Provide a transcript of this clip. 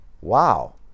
Wow